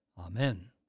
Amen